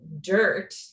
dirt